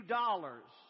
dollars